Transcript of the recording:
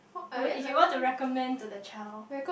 wait if you want to recommend to the child